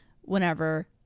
whenever